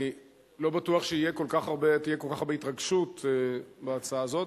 אני לא בטוח שתהיה התרגשות רבה כל כך בהצעה הזאת,